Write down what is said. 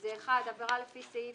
(1) עבירה לפי סעיף